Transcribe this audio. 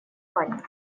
плане